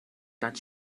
that